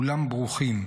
כולם ברוכים,